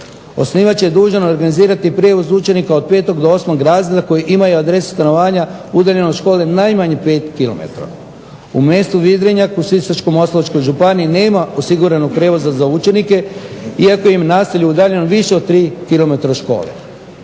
Osnivač je dužan organizirati prijevoz učenika od 5. do 8. razreda koji imaju adresu stanovanja udaljenu od škole najmanje 5 km. U mjestu …/Ne razumije se./… u Sisačko-moslavačkoj županiji nema osiguranog prijevoza učenika, iako im je naselje udaljeno više od 3 km od škole.